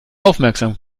aufmerksam